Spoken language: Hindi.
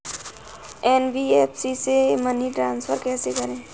एन.बी.एफ.सी से मनी ट्रांसफर कैसे करें?